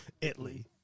Italy